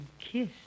kiss